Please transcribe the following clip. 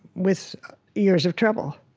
with years of trouble.